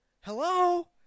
hello